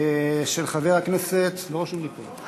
של חבר הכנסת, לא רשום לי פה,